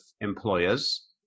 employers